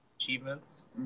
achievements